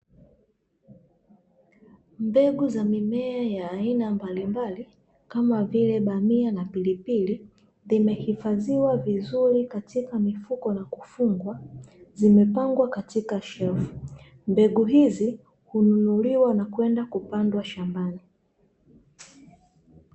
Mbegu za mimea ya aina mbalimbali kama vile: bamia na pilipili, vimehifadhiwa vizuri katika mifuko na kufungwa zimepangwa katika shelfu. Mbegu hizi hununuliwa na kwenda kupandwa shambani.